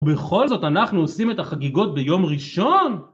ובכל זאת אנחנו עושים את החגיגות ביום ראשון?